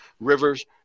Rivers